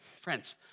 friends